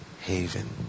haven